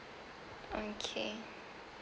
okay